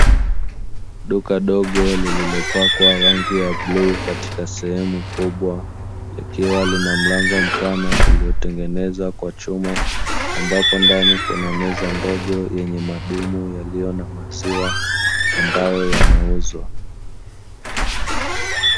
Duka dogo lililopakwa rangi ya bluu katika sehemu kubwa likiwa na mlango mpana, uliotengenezwa kwa chuma ambapo ndani kuna meza ndogo yenye madumu yaliyo na maziwa ambayo yanauzwa.